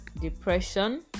Depression